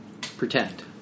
Pretend